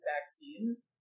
vaccine